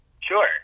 Sure